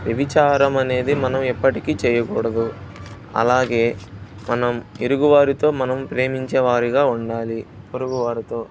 వ్యభిచారం అనేది మనం ఎప్పటికి చేయకూడదు అలాగే మనం ఇరుగువారితో మనం ప్రేమించేవారిగా ఉండాలి పరుగువారితో